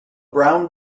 brown